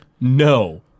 No